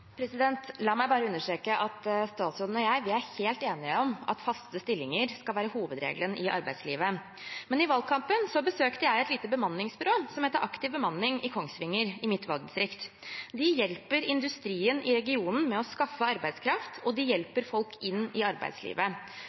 La meg bare understreke at statsråden og jeg er helt enige om at faste stillinger skal være hovedregelen i arbeidslivet. Men i valgkampen besøkte jeg et lite bemanningsbyrå i Kongsvinger, mitt valgdistrikt, som heter Aktiv Bemanning. De hjelper industrien i regionen med å skaffe arbeidskraft, og de hjelper folk inn i arbeidslivet.